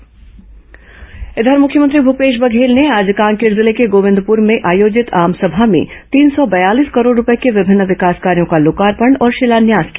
मुख्यमंत्री लोकार्पण मुख्यमंत्री भूपेश बघेल ने आज कांकेर जिले के गोविंदपुर में आयोजित आमसभा में तीन सौ बयालीस करोड़ रूपये के विभिन्न विकास कार्यों का लोकार्पण और शिलान्यास किया